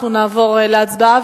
אנחנו נעבור להצבעה,